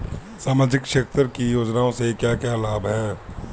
सामाजिक क्षेत्र की योजनाएं से क्या क्या लाभ है?